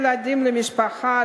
הצעתה,